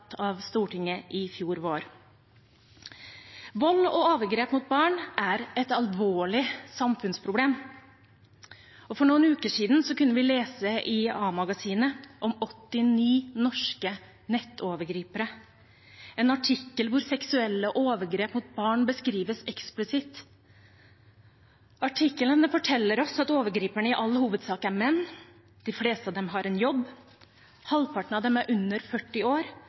av Stortinget i fjor vår. Vold og overgrep mot barn er et alvorlig samfunnsproblem. For noen uker siden kunne vi lese i A-magasinet om 89 norske nettovergripere – en artikkel hvor seksuelle overgrep mot barn beskrives eksplisitt. Artiklene forteller oss at overgriperne i all hovedsak er menn, de fleste av dem har en jobb, halvparten av dem er under 40 år,